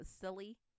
silly